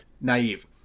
naive